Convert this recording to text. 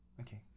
Okay